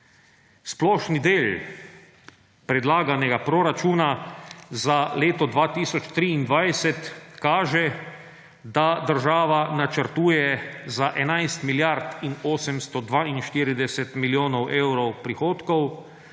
Splošni del predlaganega proračuna za leto 2023 kaže, da država načrtuje za 11 milijard in 842 milijonov evrov prihodkov